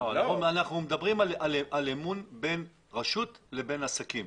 אנחנו מדברים על אמון בין רשות לבין עסקים.